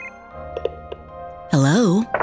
Hello